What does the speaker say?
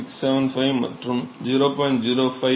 675 மற்றும் 0